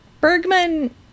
Bergman